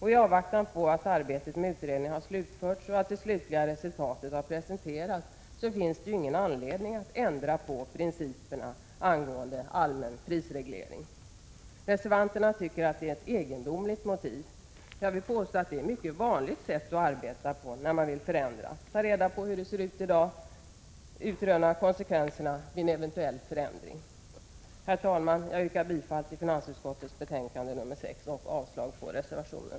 I avvaktan på att arbetet med utredningen slutförs och att det slutliga resultatet presenteras finns det ingen anledning att ändra på principerna angående den allmänna prisregleringslagen. Reservanterna anser att detta är ett egendomligt motiv. Jag vill påstå att det är ett mycket vanligt sätt att arbeta när man vill förändra något. Man tar reda på hur det ser ut i dag och utröner konsekvenserna vid en eventuell förändring. Herr talman! Jag yrkar bifall till finansutskottets hemställan i betänkande 6 och avslag på reservationen.